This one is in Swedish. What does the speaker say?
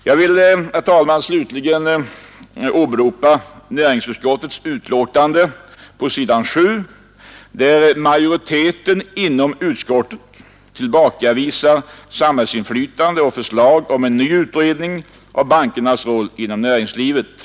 Jag vill slutligen åberopa näringsutskottets betänkande, s. 7, där majoriteten inom utskottet tillbakavisar större samhällsinflytande och förslag om en ny utredning av bankernas roll inom näringslivet.